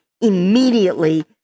immediately